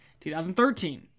2013